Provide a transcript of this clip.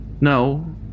No